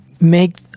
make